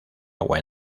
agua